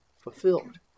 fulfilled